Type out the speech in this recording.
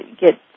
get